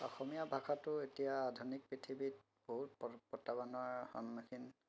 অসমীয়া ভাষাটো এতিয়া আধুনিক পৃথিৱীত বহুত প্ৰত্যাহ্বানৰ সন্মুখীন